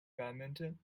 badminton